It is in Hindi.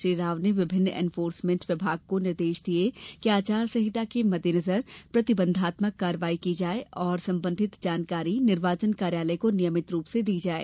श्री राव ने विभिन्न एनफोर्समेंट विभाग को निर्देश दिये कि आचार संहिता के मद्देनजर प्रतिबंधात्मक कार्यवाही की जाये और संबंधित जानकारी निर्वाचन कार्यालय को नियमित रूप से दी जाये